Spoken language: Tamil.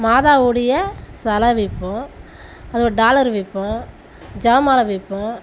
மாதாவுடைய சிலை விற்போம் அதோடய டாலர் விற்போம் ஜப மாலை விற்போம்